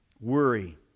Worry